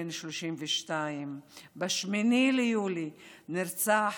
בן 32. ב-8 ביולי נרצח